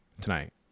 tonight